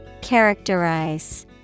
Characterize